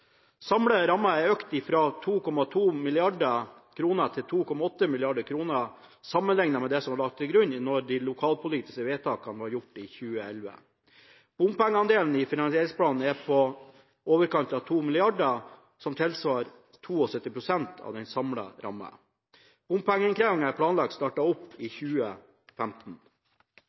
er økt fra 2,2 mrd. kr til 2,8 mrd. kr sammenlignet med det som var lagt til grunn i de lokalpolitiske vedtakene som ble gjort i 2011. Bompengeandelen i finansieringsplanen er på i overkant av 2 mrd. kr, som tilsvarer 72 pst. av den samlede rammen. Bompengeinnkrevingen er planlagt startet opp i 2015.